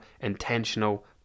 intentional